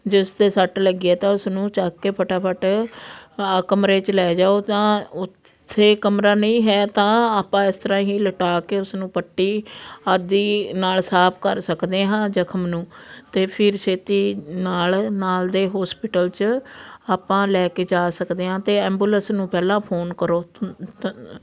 ਜਿਸ 'ਤੇ ਸੱਟ ਲੱਗੀ ਆ ਤਾਂ ਉਸਨੂੰ ਚੱਕ ਕੇ ਫਟਾਫਟ ਆ ਕਮਰੇ 'ਚ ਲੈ ਜਾਓ ਤਾਂ ਉੱਥੇ ਕਮਰਾ ਨਹੀਂ ਹੈ ਤਾਂ ਆਪਾਂ ਇਸ ਤਰ੍ਹਾਂ ਹੀ ਲਟਾ ਕੇ ਉਸਨੂੰ ਪੱਟੀ ਆਦਿ ਨਾਲ ਸਾਫ਼ ਕਰ ਸਕਦੇ ਹਾਂ ਜਖ਼ਮ ਨੂੰ ਅਤੇ ਫਿਰ ਛੇਤੀ ਨਾਲ ਨਾਲ ਦੇ ਹੋਸਪਿਟਲ 'ਚ ਆਪਾਂ ਲੈ ਕੇ ਜਾ ਸਕਦੇ ਹਾਂ ਅਤੇ ਐਂਬੂਲੈਂਸ ਨੂੰ ਪਹਿਲਾਂ ਫ਼ੋਨ ਕਰੋ